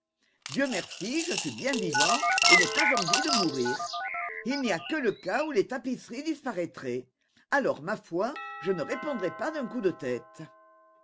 dieu merci je suis bien vivant et n'ai pas envie de mourir il n'y a que le cas où les tapisseries disparaîtraient alors ma foi je ne répondrais pas d'un coup de tête